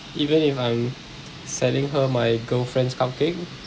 even if I'm selling her my girlfriend's cupcake